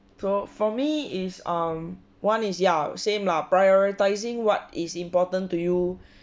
for for me is um one is ya same lah prioritizing what is important to you